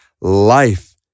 life